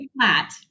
flat